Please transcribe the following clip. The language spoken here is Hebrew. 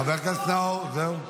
חבר הכנסת נאור, זהו.